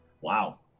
wow